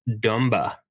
Dumba